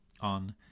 on